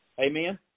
Amen